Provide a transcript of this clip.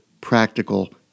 practical